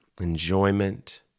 enjoyment